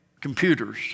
computers